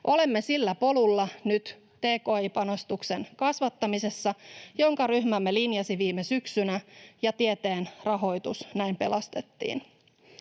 Olemme sillä polulla nyt tki-panostusten kasvattamisessa, jonka ryhmämme linjasi viime syksynä, ja tieteen rahoitus näin pelastettiin.